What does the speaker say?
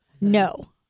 No